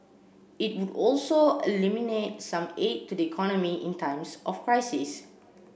it would also eliminate some aid to the economy in times of crisis